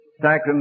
sacrament